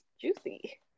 juicy